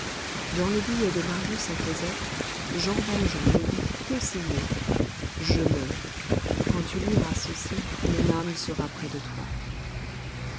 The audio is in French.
dans le billet de marius à cosette jean valjean ne vit que ces mots je meurs quand tu liras ceci mon âme sera près de toi